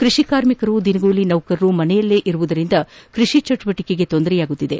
ಕೃಷಿ ಕಾರ್ಮಿಕರು ದಿನಗೂಲಿ ನೌಕರರು ಮನೆಯಲ್ಲೇ ಇರುವುದರಿಂದ ಕೃಷಿ ಚಟುವಟಕೆಗೆ ತೊಂದರೆಯಾಗುತ್ತಿದೆ